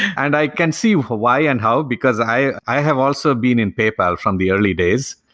and i can see why and how, because i i have also been in paypal from the early days.